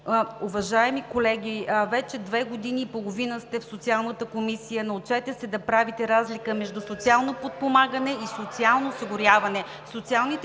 Уважаеми колеги, вече две години и половина сте в Социалната комисия, научете се да правите разлика между социално подпомагане и социално осигуряване.